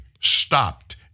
stopped